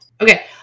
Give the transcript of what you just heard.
Okay